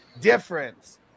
difference